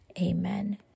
amen